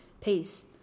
peace